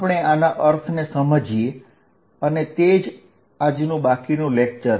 આપણે આના અર્થને સમજીએ અને તે જ આજનું બાકીનું લેક્ચર છે